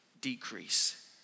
decrease